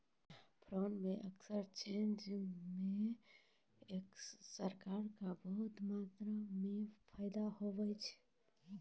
foreign exchange म सरकार क बहुत मात्रा म फायदा होय छै